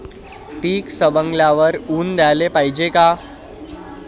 पीक सवंगल्यावर ऊन द्याले पायजे का?